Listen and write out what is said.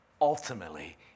ultimately